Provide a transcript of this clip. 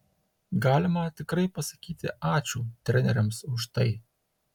galima tikrai pasakyti ačiū treneriams už tai